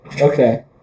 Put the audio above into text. Okay